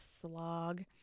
slog